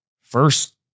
first